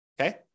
okay